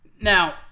Now